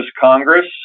Congress